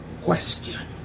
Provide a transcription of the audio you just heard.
question